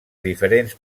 diferents